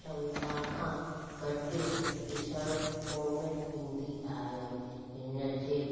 क्षमता खां घटि ॾिसणु कोन ईंदी आहे हिनजे